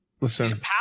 Listen